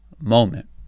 Moment